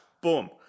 Boom